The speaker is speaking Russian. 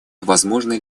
возможны